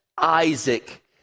Isaac